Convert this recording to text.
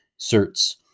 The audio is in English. certs